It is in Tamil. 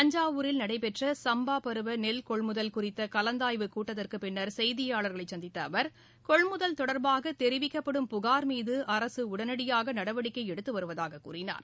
தஞ்சாவூரில் நடைபெற்ற சும்பா பருவ நெல் கொள்முதல் குறித்த கலந்தாய்வுக் கூட்டத்திற்குப் பின்னா் செய்தியாளர்களை சந்தித்த அவர் கொள்முதல் தொடர்பாக தெரிவிக்கப்படும் புகார் மீது அரசு உடனடியாக நடவடிக்கை எடுத்து வருவதாகக் கூறினார்